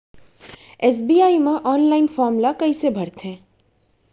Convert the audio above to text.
SBI म online form ल कइसे भरथे?